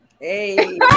Hey